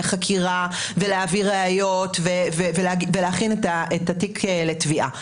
חקירה ולהביא ראיות ולהכין את התיק לתביעה.